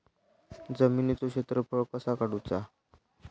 जमिनीचो क्षेत्रफळ कसा काढुचा?